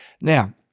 Now